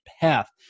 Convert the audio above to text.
path